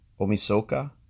Omisoka